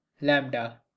Lambda